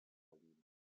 verliehen